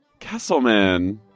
Kesselman